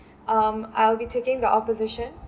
um I'll be taking the opposition